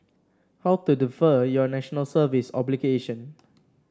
how to defer your National Service obligation